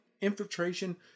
infiltration